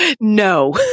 No